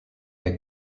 est